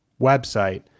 website